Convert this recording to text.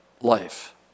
life